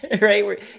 right